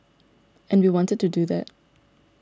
and we wanted to do that